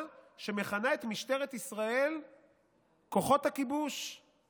שמכנה את משטרת ישראל "כוחות הכיבוש";